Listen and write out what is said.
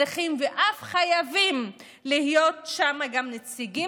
צריכים ואף חייבים להיות גם נציגים